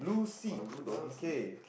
on the blue doggy seat